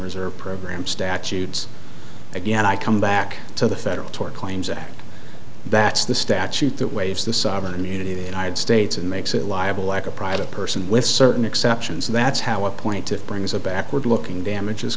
reserve program statutes again i come back to the federal tort claims act that's the statute that waves the sovereign immunity the united states and makes it liable like a private person with certain exceptions and that's how appointed brings a backward looking damages